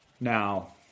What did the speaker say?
Now